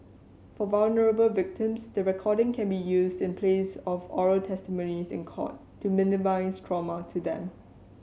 for vulnerable victims the recording can be used in place of oral testimonies in court to minimise trauma to them